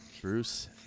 Bruce